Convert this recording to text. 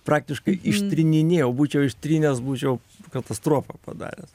praktiškai ištryninėjau būčiau ištrynęs būčiau katastrofą padaręs